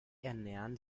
ernähren